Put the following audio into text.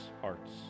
hearts